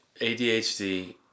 ADHD